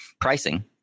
pricing